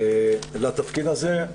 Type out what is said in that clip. לתפקיד הזה.